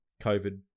COVID